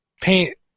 paint